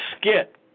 skit